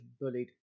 bullied